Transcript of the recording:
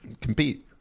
compete